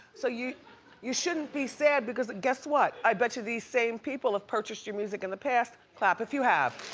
so you you shouldn't be sad because guess what, i betcha these same people have purchased your music in the past. clap if you have.